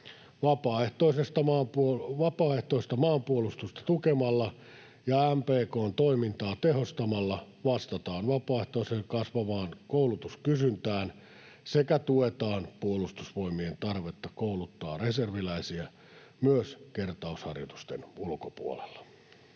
Vapaaehtoista maanpuolustusta tukemalla ja MPK:n toimintaa tehostamalla vastataan vapaaehtoisten kasvavaan koulutuskysyntään sekä tuetaan Puolustusvoimien tarvetta kouluttaa reserviläisiä myös kertausharjoitusten ulkopuolella.